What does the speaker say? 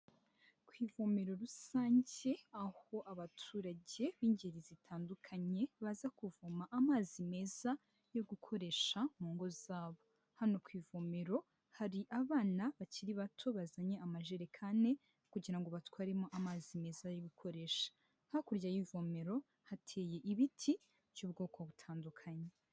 Ku ivomeraro rusange aho abaturage b'ingeri zitandukanye baza kuvoma amazi meza yo gukoresha mu ngo zabo, hano ku ivomero hari abana bakiri bato bazanye amajerekani kugira ngo batwaremo amazi meza yo gukoresha, hakurya y'ivomero hateye ibiti by'ubwoko butandukanye.